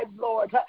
Lord